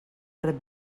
red